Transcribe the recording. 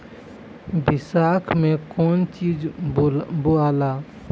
बैसाख मे कौन चीज बोवाला?